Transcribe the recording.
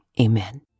amen